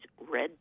red